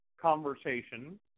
conversation